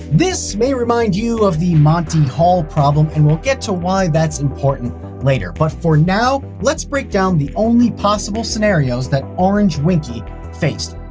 this may remind you of the monty hall problem and we will get to why that's important later, but for now let's break down the only possible scenarios that orange winkey faced.